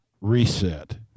reset